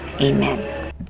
Amen